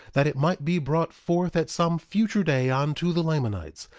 that it might be brought forth at some future day unto the lamanites,